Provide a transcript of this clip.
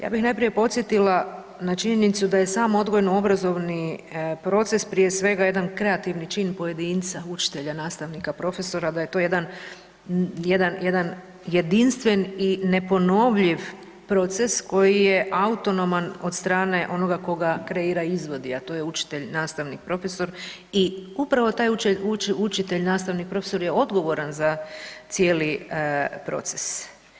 Ja bih najprije podsjetila na činjenicu da je sam odgojno-obrazovni proces prije svega jedan kreativni čin pojedinca, učitelja, nastavnika, profesora, da je to jedan jedinstven i neponovljiv proces koji je autonoman od strane onoga tko ga kreira, izvodi a to je učitelj, nastavnik, profesor i upravo taj učitelj, nastavnik, profesor je odgovoran za cijeli proces.